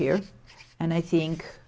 here and i think